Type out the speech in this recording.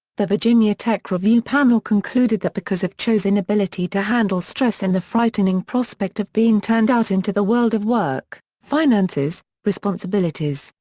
the virginia tech review panel concluded that because of cho's inability to handle stress and the frightening prospect of being turned out into the world of work, finances, responsibilities,